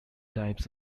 types